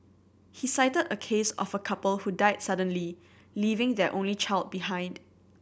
he cited a case of a couple who died suddenly leaving their only child behind